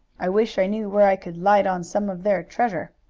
i wish i knew where i could light on some of their treasure.